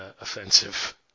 offensive